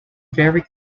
very